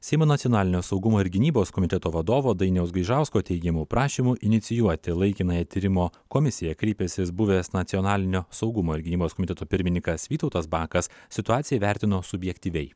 seimo nacionalinio saugumo ir gynybos komiteto vadovo dainiaus gaižausko teigimu prašymu inicijuoti laikinąją tyrimo komisiją kreipęsis buvęs nacionalinio saugumo ir gynybos komiteto pirmininkas vytautas bakas situaciją įvertino subjektyviai